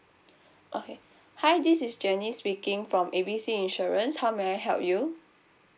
okay hi this is janice speaking from A B C insurance how may I help you